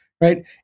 right